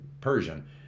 Persian